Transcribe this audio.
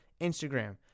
Instagram